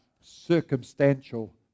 circumstantial